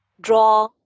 draw